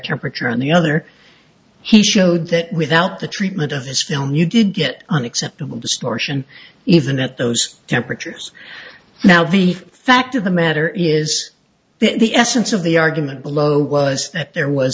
temperature on the other he showed that without the treatment of this film you did get an acceptable distortion even at those temperatures now the fact of the matter is the essence of the argument below was that there was